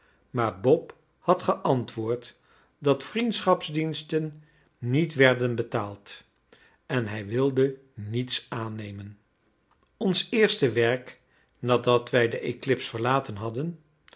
maar bob had geantwoord dat vriendschapsdiensten niet werden betaald en hij wilde niets aannemen ons eerste werk nadat wij de eclips verlaten hadden